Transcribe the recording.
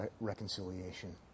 reconciliation